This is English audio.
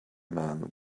man